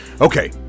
Okay